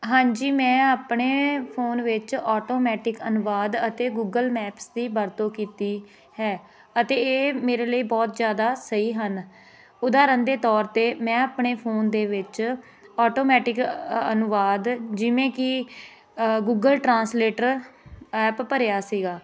ਹਾਂਜੀ ਮੈਂ ਆਪਣੇ ਫੋਨ ਵਿੱਚ ਆਟੋਮੈਟਿਕ ਅਨੁਵਾਦ ਅਤੇ ਗੂਗਲ ਮੈਪਸ ਦੀ ਵਰਤੋਂ ਕੀਤੀ ਹੈ ਅਤੇ ਇਹ ਮੇਰੇ ਲਈ ਬਹੁਤ ਜ਼ਿਆਦਾ ਸਹੀ ਹਨ ਉਦਾਹਰਨ ਦੇ ਤੌਰ 'ਤੇ ਮੈਂ ਆਪਣੇ ਫੋਨ ਦੇ ਵਿੱਚ ਆਟੋਮੈਟਿਕ ਅ ਅਨੁਵਾਦ ਜਿਵੇਂ ਕਿ ਗੂਗਲ ਟਰਾਂਸਲੇਟਰ ਐਪ ਭਰਿਆ ਸੀਗਾ